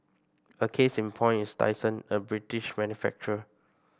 a case in point is Dyson a British manufacturer